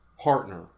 partner